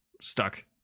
stuck